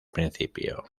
principio